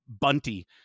Bunty